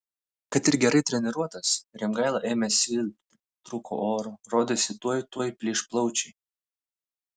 kad ir gerai treniruotas rimgaila ėmė silpti trūko oro rodėsi tuoj tuoj plyš plaučiai